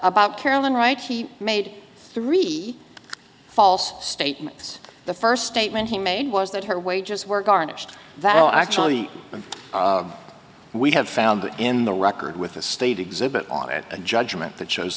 bout carolyn right he made three false statements the first statement he made was that her wages were garnished that well actually we have found in the record with the state exhibit on it a judgment that shows